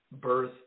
birth